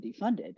defunded